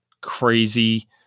crazy